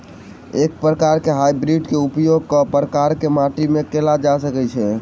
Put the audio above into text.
एके प्रकार केँ हाइब्रिड बीज केँ उपयोग हर प्रकार केँ माटि मे कैल जा सकय छै?